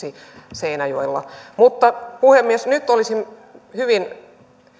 seinäjoella puhemies nyt